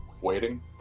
Waiting